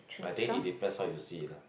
I think it depends how you see it lah